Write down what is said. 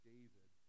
David